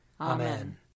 Amen